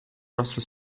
nostro